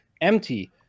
empty